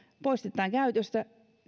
poistetaan käytöstä